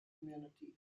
community